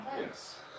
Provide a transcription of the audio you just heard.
Yes